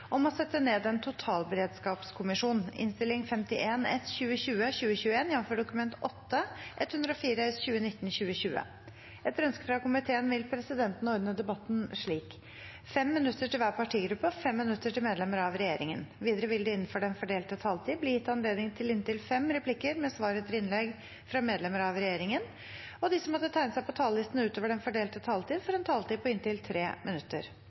slik: 5 minutter til hver partigruppe og 5 minutter til medlemmer av regjeringen. Videre vil det – innenfor den fordelte taletid – bli gitt anledning til inntil fem replikker med svar etter innlegg fra medlemmer av regjeringen, og de som måtte tegne seg på talerlisten utover den fordelte taletid, får en taletid på inntil 3 minutter.